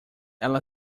ela